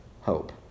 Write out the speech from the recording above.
hope